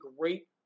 great